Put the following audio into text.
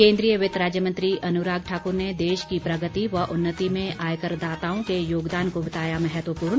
केन्द्रीय वित्त राज्य मंत्री अनुराग ठाकुर ने देश की प्रगति व उन्नति में आयकर दाताओं के योगदान को बताया महत्वपूर्ण